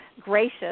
gracious